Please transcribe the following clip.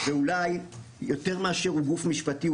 ואולי יותר מאשר הוא גוף משפטי,